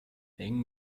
eng